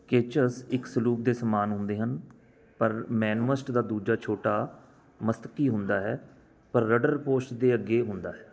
ketches ਇੱਕ sloop ਸਮਾਨ ਹੁੰਦੇ ਹਨ ਪਰ ਮੇਨਮਸਟ ਦਾ ਦੂਜਾ ਛੋਟਾ ਮਸਤਕੀ ਹੁੰਦਾ ਹੈ ਪਰ ਰਡਰ ਪੋਸਟ ਦੇ ਅੱਗੇ ਹੁੰਦਾ ਹੈ